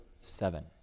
seven